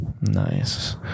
Nice